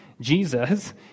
Jesus